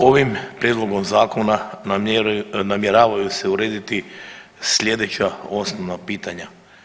Ovim prijedlogom Zakona namjeravaju se urediti sljedeća osnovna pitanja.